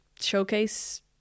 showcase